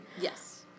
Yes